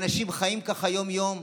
אנשים חיים ככה יום-יום,